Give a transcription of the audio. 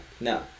No